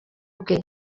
bwe